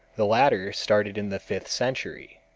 the latter started in the fifth century.